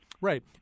Right